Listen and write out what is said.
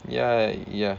ya ya